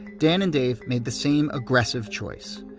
dan and dave made the same aggressive choice,